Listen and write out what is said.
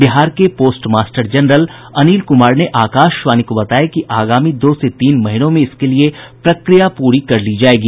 बिहार के postmaster general Anil Kumar ने आकाशवाणी को बताया कि आगामी दो से तीन महीनों में इसके लिए प्रक्रिया पूरी कर ली जाएगी